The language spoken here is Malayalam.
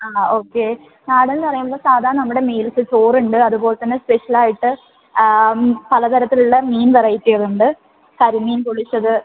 യെസ് ഓക്കേ നാടൻ എന്ന് പറയുമ്പോൾ സാധാ നമ്മുടെ മീൽസ് ഇപ്പോൾ ചോറുണ്ട് അതുപോലെതന്നെ അതുപോലെ തന്നെ സ്പെഷ്യൽ ആയിട്ട് പലതരത്തിലുള്ള മീൻ വെറൈറ്റികളുണ്ട് കരിമീൻ പൊള്ളിച്ചത്